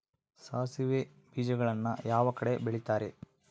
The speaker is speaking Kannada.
ಸಾಸಿವೆ ಬೇಜಗಳನ್ನ ಯಾವ ಕಡೆ ಬೆಳಿತಾರೆ?